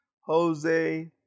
Jose